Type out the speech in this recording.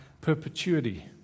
perpetuity